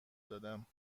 دادم